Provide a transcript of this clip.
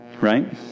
right